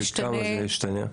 וכמה זה השתנה?